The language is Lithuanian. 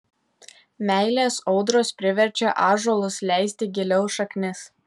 meilės audros priverčia ąžuolus leisti giliau šaknis